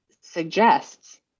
suggests